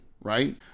right